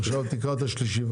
עכשיו תקרא את השלישי בבקשה.